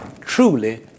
truly